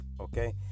okay